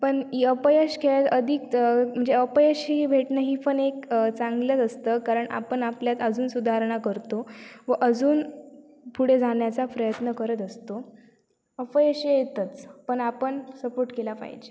पण यपयश खेळ अधिक म्हणजे अपयश ही भेटणं ही पण एक चांगलंच असतं कारण आपण आपल्यात अजून सुधारणा करतो व अजून पुढे जाण्याचा प्रयत्न करत असतो अपयश हे येतंच पण आपण सपोट केला पाहिजे